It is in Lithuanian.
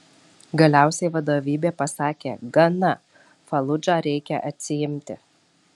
galiausiai vadovybė pasakė gana faludžą reikia atsiimti